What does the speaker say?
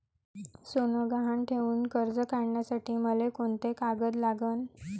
सोनं गहान ठेऊन कर्ज काढासाठी मले कोंते कागद लागन?